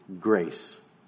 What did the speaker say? grace